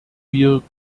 wir